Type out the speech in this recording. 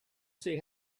see